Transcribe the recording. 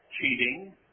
cheating